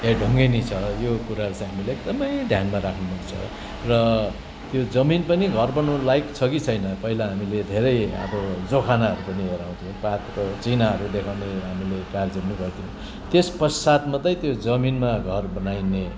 या ढुङ्गेनी छ यो कुरा चाहिँ हामीले एकदमै ध्यानमा राख्नुपर्छ र त्यो जमिन पनि घर बनाउन लाइक छ कि छैन पहिला हामीले धेरै अब जोखाना पनि हेराउँथ्यौँ पात्रो चिनाहरू देखाउने हामीले कार्य पनि गर्थ्यौँ त्यस पश्चात मात्रै त्यो जमिनमा घर बनाइने